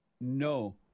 no